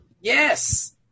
Yes